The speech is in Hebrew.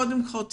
קודם כול,